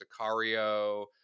Sicario